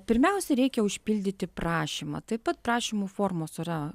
pirmiausia reikia užpildyti prašymą taip pat prašymų formos yra